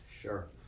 sure